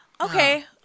okay